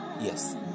yes